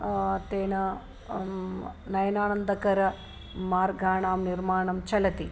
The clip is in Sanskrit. तेन नयनानन्दकरमार्गाणां निर्माणं चलति